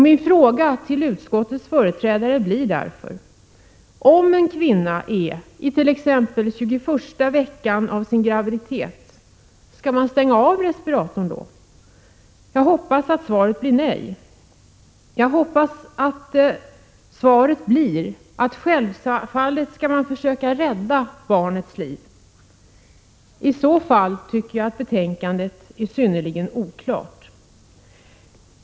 Min fråga till utskottet är: Om en kvinna är i t.ex. 21:a veckan av sin graviditet, skall man stänga av respiratorn då? Jag hoppas svaret blir nej. Jag hoppas svaret blir, att man självfallet skall försöka rädda barnets liv. I så fall är dock betänkandet synnerligen oklart.